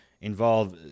involve